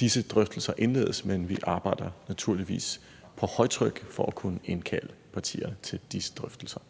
disse drøftelser indledes, men vi arbejder naturligvis på højtryk for at kunne indkalde partierne til de drøftelser.